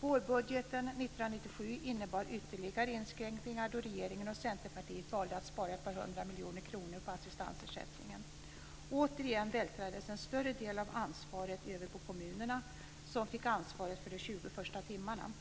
Vårbudgeten 1997 innebar ytterligare inskränkningar då regeringen och Centerpartiet valde att spara ett par hundra miljoner kronor på assistansersättningen. Återigen vältrades en större del av ansvaret över på kommunerna, som fick ansvaret för de 20 första timmarna.